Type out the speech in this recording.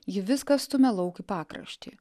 ji viską stumia lauk į pakraštį